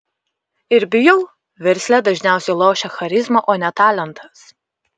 ir bijau versle dažniausiai lošia charizma o ne talentas